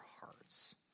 hearts